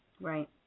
Right